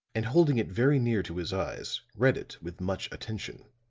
and holding it very near to his eyes read it with much attention